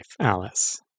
Alice